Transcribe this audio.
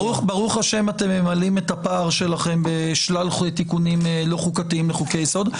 ברוך השם אתם ממלאים את הפער שלכם בשלל תיקונים לא חוקתיים לחוקי היסוד.